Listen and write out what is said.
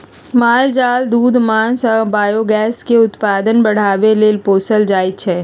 माल जाल दूध मास आ बायोगैस के उत्पादन बढ़ाबे लेल पोसल जाइ छै